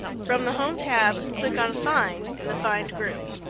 from the home tab, click on find in the find group.